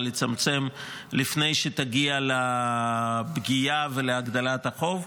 לצמצם לפני שתגיע לפגיעה ולהגדלת החוב.